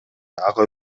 ага